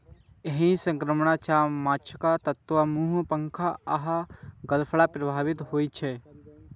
एहि संक्रमण सं माछक त्वचा, मुंह, पंख आ गलफड़ प्रभावित होइ छै